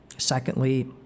Secondly